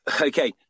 okay